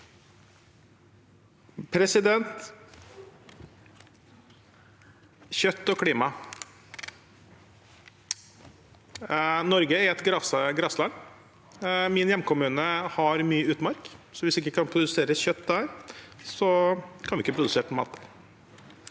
gjelder kjøtt og klima: Norge er et grasland. Min hjemkommune har mye utmark, så hvis det ikke kan produseres kjøtt der, kan vi ikke produsere mat.